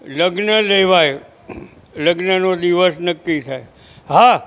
લગ્ન લેવાય લગ્નનો દિવસ નક્કી થાય હા